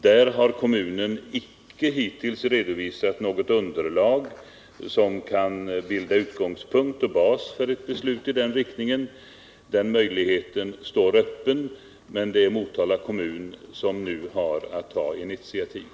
Där har kommunen hittills icke redovisat något underlag, som kan bilda utgångspunkt och bas för ett beslut i den riktningen. Den möjligheten står öppen, men det är Motala kommun som nu har att ta initiativ.